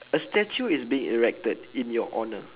a statue is being erected in your honour